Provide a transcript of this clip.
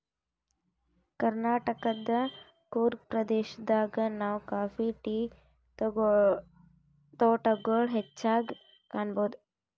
ಕರ್ನಾಟಕದ್ ಕೂರ್ಗ್ ಪ್ರದೇಶದಾಗ್ ನಾವ್ ಕಾಫಿ ಟೀ ತೋಟಗೊಳ್ ಹೆಚ್ಚಾಗ್ ಕಾಣಬಹುದ್